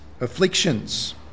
afflictions